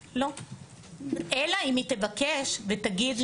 אלא אם היא תבקש ותגיד לי: